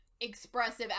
Expressive